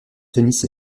tennis